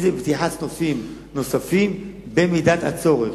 אם זה בפתיחת סניפים נוספים במידת הצורך.